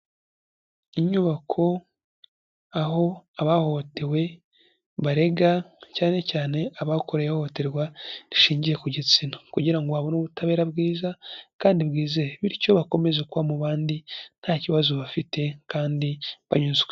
Inyubako aho abahohotewe barega cyane cyane abakorewe ihohoterwa rishingiye ku gitsina kugira ngo babone ubutabera bwiza kandi bwizewe bityo bakomeze kuba mu bandi nta kibazo bafite kandi banyuzwe.